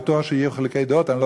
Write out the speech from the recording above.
אני בטוח שיהיו חילוקי דעות,